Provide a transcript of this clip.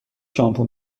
شامپو